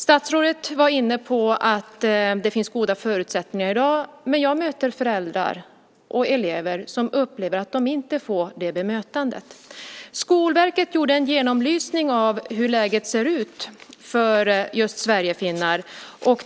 Statsrådet var inne på att det i dag finns goda förutsättningar, men jag möter föräldrar och elever som upplever att de inte får ett sådant bemötande. Skolverket gjorde en genomlysning av hur läget ser ut för just sverigefinnarna.